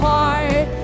heart